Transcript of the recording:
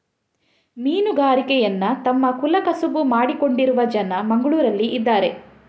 ಮೀನುಗಾರಿಕೆಯನ್ನ ತಮ್ಮ ಕುಲ ಕಸುಬು ಮಾಡಿಕೊಂಡಿರುವ ಜನ ಮಂಗ್ಳುರಲ್ಲಿ ಇದಾರೆ